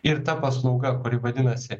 ir ta paslauga kuri vadinasi